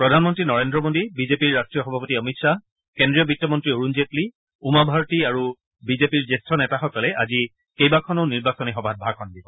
প্ৰধানমন্তী নৰেন্দ্ৰ মোদী বিজেপিৰ ৰাষ্ট্ৰীয় সভাপতি অমিত খাহ কেন্দ্ৰীয় বিত্তমন্তী অৰুণ জেটলী উমা ভাৰতী আৰু বিজেপিৰ জ্যেষ্ঠ নেতাসকলে আজি কেইবাখনো নিৰ্বাচনী সভাত ভাষণ দিব